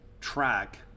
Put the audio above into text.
track